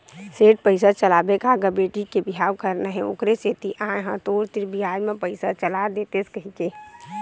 सेठ पइसा चलाबे का गा बेटी के बिहाव करना हे ओखरे सेती आय हंव तोर तीर बियाज म पइसा चला देतेस कहिके